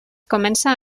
comença